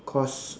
cause